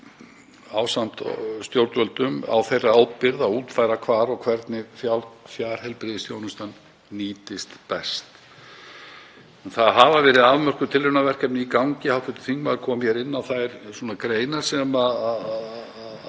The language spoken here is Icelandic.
ásamt stjórnvöldum á þeirra ábyrgð að útfæra hvar og hvernig fjarheilbrigðisþjónustan nýtist best. Það hafa verið afmörkuð tilraunaverkefni í gangi og hv. þingmaður kom inn á þær greinar þar